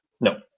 No